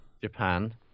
Japan